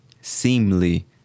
Seemly